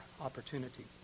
opportunity